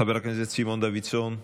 חבר הכנסת סימון דוידסון,